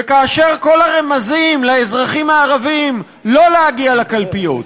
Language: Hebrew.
וכאשר כל הרמזים לאזרחים הערבים לא להגיע לקלפיות,